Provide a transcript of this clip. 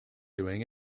doing